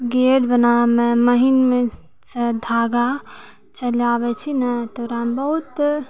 gate बनाबैमे महीनसँ धागा चलाबै छी नहि तऽ ओकरामे बहुत